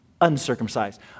uncircumcised